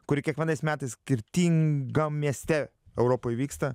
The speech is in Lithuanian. kuri kiekvienais metais skirtingam mieste europoj vyksta